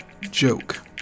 joke